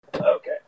Okay